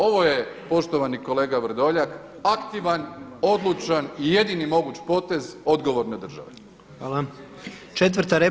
Ovo je poštovani kolega Vrdoljak aktivan, odlučan i jedini moguć potez odgovorne države.